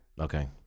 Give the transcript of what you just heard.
Okay